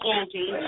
Angie